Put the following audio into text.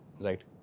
Right